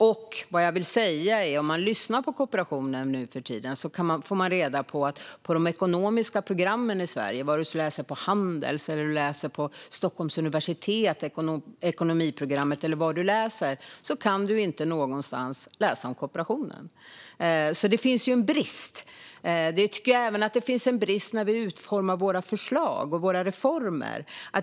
Om man lyssnar på kooperationen nu för tiden får man reda på att på de ekonomiska programmen i Sverige, vare sig man läser på Handels, på ekonomiprogrammet på Stockholms universitet eller någon annanstans, kan man inte någonstans läsa om kooperationen. Det finns alltså en brist. Jag tycker att det finns en brist även när vi utformar våra förslag och våra reformer.